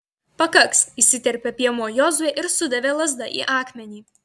pakaks įsiterpė piemuo jozuė ir sudavė lazda į akmenį